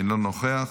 אינו נוכח,